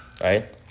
Right